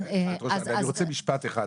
אני רוצה משפט אחד.